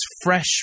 fresh